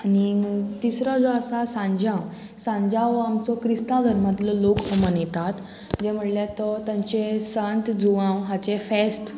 आनीक तिसरो जो आसा सांजाव सांजाव हो आमचो क्रिस्तांव धर्मांतलो लोक मनयतात जे म्हणल्यार तो तांचे सांत जुआंव हाचें फेस्त